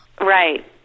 right